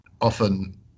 Often